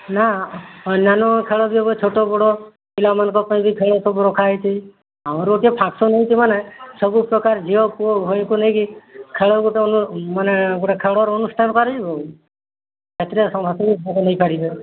ନା ଅନ୍ୟାନ୍ୟ ଖେଳ ବି ହେବ ଛୋଟ ବଡ଼ ପିଲାମାନଙ୍କ ପାଇଁ ବି ଖେଳ ସବୁ ରଖାହୋଇଛି ଆମର ଗୋଟିଏ ଫଙ୍କସନ୍ ହେଉଛି ମାନେ ସବୁ ପ୍ରକାର ଝିଅ ପୁଅ ଉଭୟଙ୍କୁ ନେଇକି ଖେଳ ଗୋଟେ ଅନୁ ମାନେ ଗୋଟେ ଖେଳର ଅନୁଷ୍ଠାନ କରିବୁ ସେଥିରେ ସମସ୍ତେ ଭାଗ ନେଇ ପାରିବେ